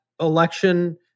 election